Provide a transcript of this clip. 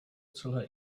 celé